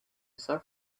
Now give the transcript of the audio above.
serve